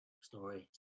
story